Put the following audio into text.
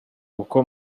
uko